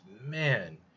Man